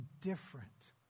different